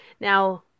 Now